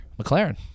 McLaren